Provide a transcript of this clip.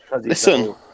Listen